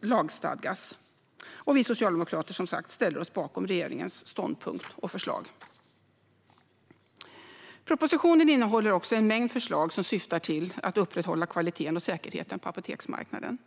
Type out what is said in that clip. lagstadgas. Vi socialdemokrater ställer oss som sagt bakom regeringens ståndpunkt och förslag. Propositionen innehåller också en mängd förslag som syftar till att upprätthålla kvaliteten och säkerheten på apoteksmarknaden.